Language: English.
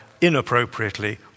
inappropriately